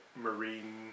marine